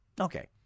Okay